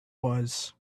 was